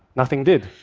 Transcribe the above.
nothing did.